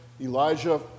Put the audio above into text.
Elijah